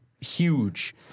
huge